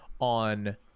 on